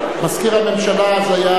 מזכיר הממשלה אז היה,